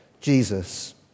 Jesus